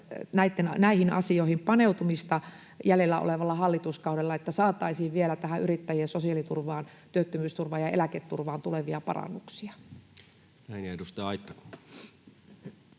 näihin asioihin paneutumista jäljellä olevalla hallituskaudella, että saataisiin vielä tähän yrittäjien sosiaaliturvaan, työttömyysturvaan ja eläketurvaan tulevia parannuksia. [Speech 55] Speaker: